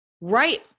Right